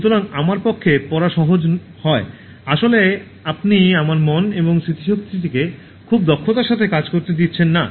সুতরাং আমার পক্ষে পড়া সহজ হয় আসলে আপনি আপনার মন এবং স্মৃতিটিকে খুব দক্ষতার সাথে কাজ করতে দিচ্ছেন না